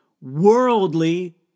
worldly